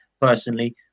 personally